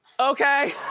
okay,